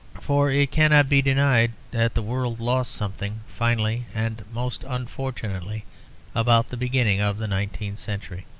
for it cannot be denied that the world lost something finally and most unfortunately about the beginning of the nineteenth century.